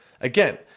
again